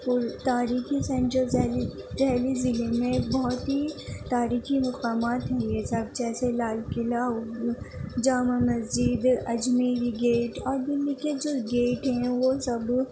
یہ تاریخی سینچر جہلی ڈہلی ضلعے میں بہت ہی تاریکھی مقامات ہیں یہ سب جیسے لال قلعہ جامع مسجد اجمیری گیٹ اور رومی کے جو گیٹ ہیں وہ سب